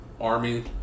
army